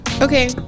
Okay